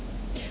不懂